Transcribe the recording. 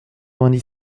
vingt